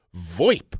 VoIP